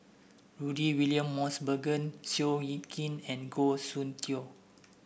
Rudy William Mosbergen Seow Yit Kin and Goh Soon Tioe